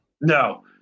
No